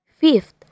Fifth